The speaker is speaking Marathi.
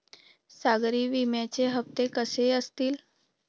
सागरी विम्याचे हप्ते कसे असतील?